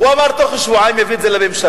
הוא אמר, תוך שבועיים יביא את זה לממשלה.